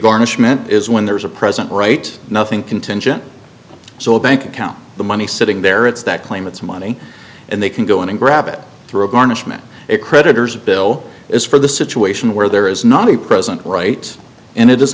garnishment is when there's a present right nothing contingent so a bank account the money sitting there it's that claim it's money and they can go in and grab it through a garnishment creditors bill is for the situation where there is not a present right and it